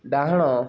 ଡାହାଣ